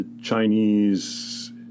Chinese